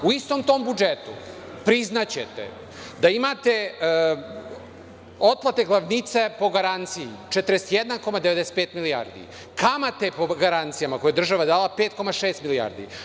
U istom tom budžetu, priznaćete, imate otplate glavnica po garanciji 41,95 milijardi, kamate po garancijama koje je država dala 5,6 milijardi.